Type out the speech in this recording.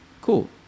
cool